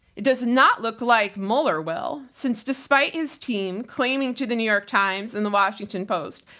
it does not look like mueller will. since despite his team claiming to the new york times and the washington post,